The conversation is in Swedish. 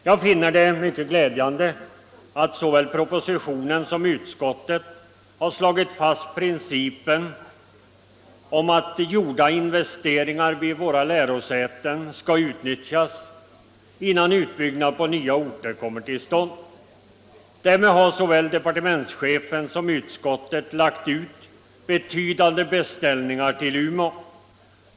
Jag finner det mycket glädjande att såväl propositionen som utskottet har slagit fast principen om att gjorda investeringar vid våra lärosäten skall utnyttjas innan utbyggnad på nya orter kommer till stånd. Därmed har såväl departementschefen som utskottet lagt ut betydande beställningar till Umeå.